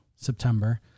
September